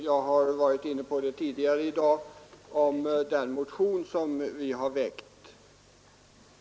Fru talman! Jag har tidigare i dag varit inne på den motion som vi har väckt.